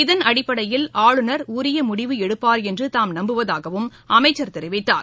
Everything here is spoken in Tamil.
இதன் அடிப்படையில் ஆளுநர் உரிய முடிவு எடுப்பார் என்று தாம் நம்புவதாகவும் அமைச்சர் தெரிவித்தார்